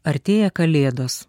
artėja kalėdos